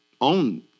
own